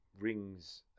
rings